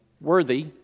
worthy